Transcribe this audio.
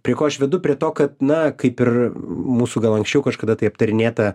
prie ko aš vedu prie to kad na kaip ir mūsų gal anksčiau kažkada tai aptarinėta